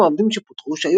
חלק מהעובדים שפוטרו,